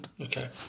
Okay